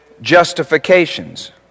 justifications